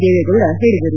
ದೇವೇಗೌಡ ಹೇಳಿದರು